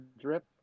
drip